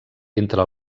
entre